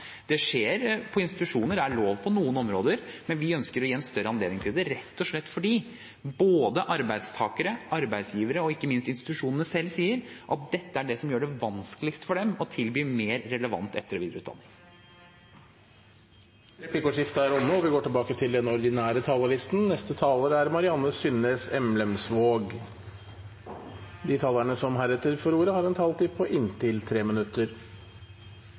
lov på noen områder, men vi ønsker å gi en større anledning til det, rett og slett fordi både arbeidstakere, arbeidsgivere og ikke minst institusjonene selv sier at dette er det som gjør det vanskeligst for dem å tilby mer relevant etter- og videreutdanning. Replikkordskiftet er omme. De talere som heretter får ordet, har en taletid på inntil 3 minutter. Mer samarbeid mellom arbeids- og næringsliv og akademia er nødvendig både for tilgangen på